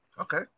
Okay